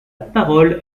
parole